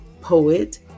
poet